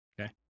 Okay